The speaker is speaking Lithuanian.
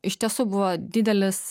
iš tiesų buvo didelis